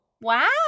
Wow